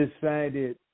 decided